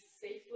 safely